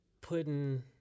putting